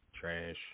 Trash